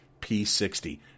P60